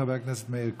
חבר הכנסת מאיר כהן.